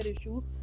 issue